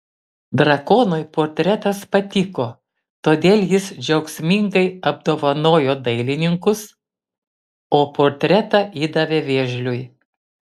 drakonui portretas patiko todėl jis džiaugsmingai apdovanojo dailininkus o portretą įdavė vėžliui